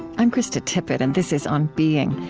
i'm krista tippett and this is on being.